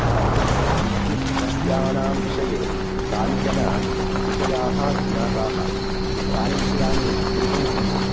आम् विद्युत्समस्यानां विषये कानिचन विषयाः ज्ञाताः तानि विषयानि एवं सन्ति